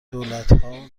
دولتها